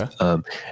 Okay